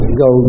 go